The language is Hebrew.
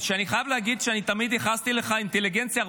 ושלישית, תהיו שותפים לרפורמה ההיסטורית הזאת.